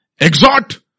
exhort